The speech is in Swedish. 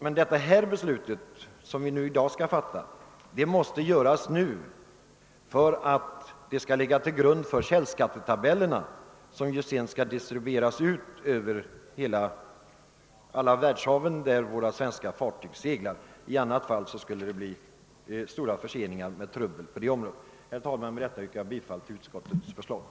Men det beslut som vi skall fatta i dag kan inte uppskjutas, eftersom det skall ligga till grund för källskattetabellerna, som sedan skall distribueras ut över alla världshav där svenska fartyg seglar — i annat fall skulle det bli stora förseningar. Jag yrkar bifall till utskottets hemställan.